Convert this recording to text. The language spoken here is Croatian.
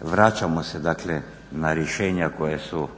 Vraćamo se na rješenja koja su